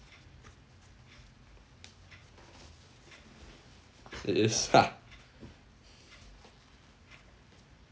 it is lah